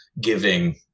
giving